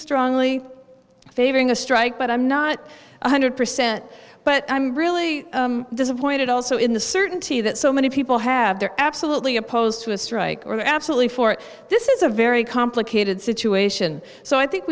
strongly favoring a strike but i'm not one hundred percent but i'm really disappointed also in the certainty that so many people have they're absolutely opposed to a strike are absolutely for it this is a very complicated situation so i think